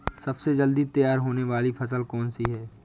सबसे जल्दी तैयार होने वाली फसल कौन सी है?